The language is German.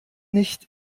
nicht